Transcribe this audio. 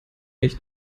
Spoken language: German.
mich